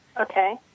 Okay